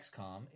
XCOM